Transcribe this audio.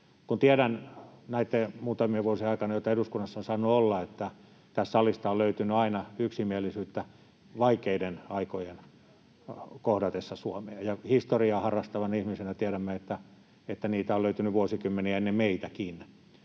tiedän näitten muutamien vuosien ajalta, jotka eduskunnassa olen saanut olla, että tästä salista on löytynyt aina yksimielisyyttä vaikeiden aikojen kohdatessa Suomea, ja historiaa harrastavina ihmisinä tiedämme, että sitä on löytynyt vuosikymmeniä ennen meitäkin,